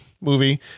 movie